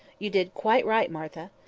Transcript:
you did quite right, martha.